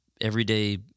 everyday